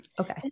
Okay